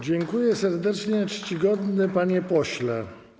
Dziękuję serdecznie, czcigodny panie pośle.